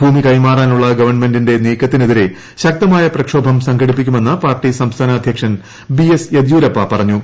ഭൂമി ഭകൈമാറാനുള്ള ഗവൺമെന്റിന്റെ നീക്കത്തിനെതിരെ ശക്തമായ പ്രക്ഷോഭം സംഘടിപ്പിക്കുമെന്ന് പാർട്ടി സംസ്ഥാന അധ്യക്ഷൻ ബി എസ് യദിയൂരപ്പ പറഞ്ഞു